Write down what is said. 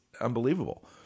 unbelievable